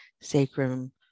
sacrum